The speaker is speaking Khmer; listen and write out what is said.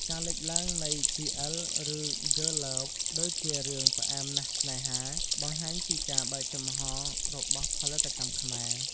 ការលេចឡើងនៃ GL ឬ Girls Love ដូចជារឿង "ផ្អែមណាស់ស្នេហា" បង្ហាញពីការបើកចំហររបស់ផលិតកម្មខ្មែរ។